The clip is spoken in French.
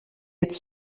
être